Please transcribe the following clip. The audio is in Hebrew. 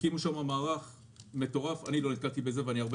הקימו שם מערך מטורף אני לא נתקלתי בכזה ואני הרבה